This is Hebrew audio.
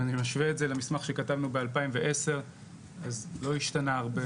אם אני משווה את זה למסמך שכתבנו ב- 2010 לא השתנה הרבה,